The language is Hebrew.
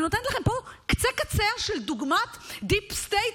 אני נותנת לכם פה קצה-קציה של דוגמת דיפ סטייט,